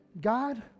God